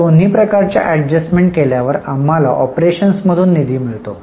आता दोन्ही प्रकारच्या एडजस्टमेंट केल्यावर आम्हाला ऑपरेशन्समधून निधी मिळतो